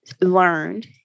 learned